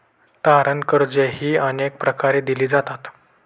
तारण कर्जेही अनेक प्रकारे दिली जातात